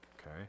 Okay